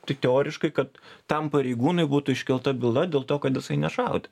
tik teoriškai kad tam pareigūnui būtų iškelta byla dėl to kad jisai nešaudė